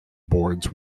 boards